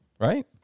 right